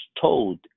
told